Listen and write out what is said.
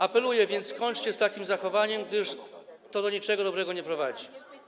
Apeluję więc, skończcie z takim zachowaniem, gdyż to do niczego dobrego nie prowadzi.